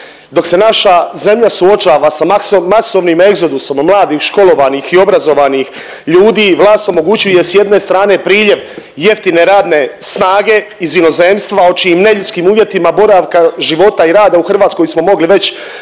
Dok se naša zemlja suočava sa masovnim egzodusom mladih, školovanih i obrazovanih ljudi, vlast omogućuje s jedne strane priljev jeftine radne snage iz inozemstva o čijim neljudskim uvjetima boravaka života i rada u Hrvatskoj smo mogli već dosada